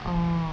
orh